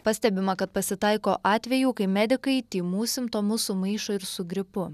pastebima kad pasitaiko atvejų kai medikai tymų simptomus sumaišo ir su gripu